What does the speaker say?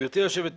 גברתי יושבת הראש,